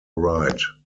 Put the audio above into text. right